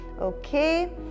Okay